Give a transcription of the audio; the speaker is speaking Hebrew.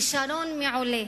כשרון מעולה